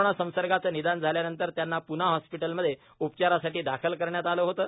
corona संसर्गाचं निदान झाल्यानंतर त्यांना पूना हॉस्पिटलमध्ये उपचारासाठी दाखल करण्यात आलं होतं